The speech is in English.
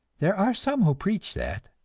there are some who preach that.